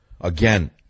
Again